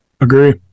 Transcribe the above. agree